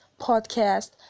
podcast